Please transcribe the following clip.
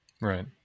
Right